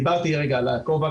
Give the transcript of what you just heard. דיברתי על קובקס,